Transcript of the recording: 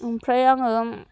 ओमफ्राय आङो